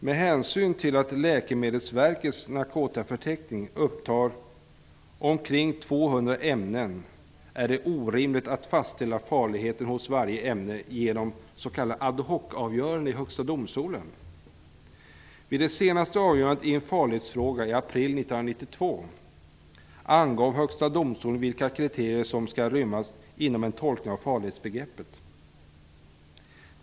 Med hänsyn till att Läkemedelsverkets narkotikaförteckning upptar omkring 200 ämnen är det orimligt att fastställa farligheten hos varje ämne genom s.k. ad hoc-avgöranden i Högsta domstolen. Vid det senaste avgörandet i en farlighetsfråga, i april 1992, angav Högsta domstolen vilka kriterier som skall rymmas inom en tolkning av farlighetsbegreppet.